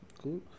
Cool